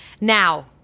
now